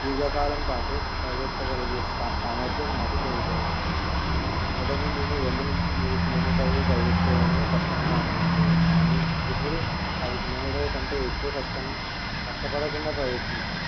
దీర్ఘకాలం పాటు పరిగెత్తగలిగే సా సామర్థ్యం నాకు మెరుగుపడింది మొదట నేను రెండు నుంచి మూడు కిలోమీటర్లు పరిగెత్తడమే కష్టంగా అనిపించేది కానీ ఇప్పుడు పది కిలోమీటర్ల కంటే ఎక్కువ కష్టం కష్టపడకుండా ప్రయత్నించాను